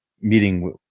meeting